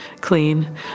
clean